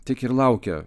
tik ir laukia